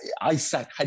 Isaac